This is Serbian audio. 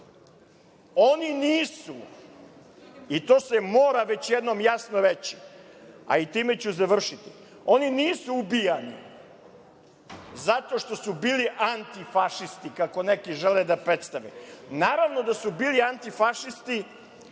nisu, i to se mora već jednom jasno reći, a i time ću završiti, oni nisu ubijani zato što su bili antifašisti, kako neki žele da predstave. Naravno da su bili antifašisti